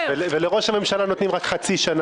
אופציה אחת היא השקעת הון מניות; אופציה שנייה